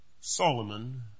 Solomon